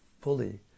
fully